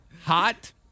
Hot